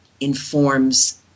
informs